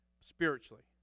spiritually